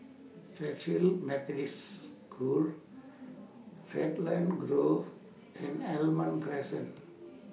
Fairfield Methodist School Raglan Grove and Almond Crescent